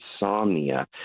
insomnia